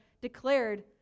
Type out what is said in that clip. declared